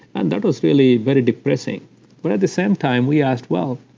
and that was really but depressing but at the same time, we asked, well,